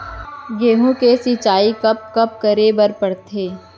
गेहूँ के सिंचाई कब कब करे बर पड़थे?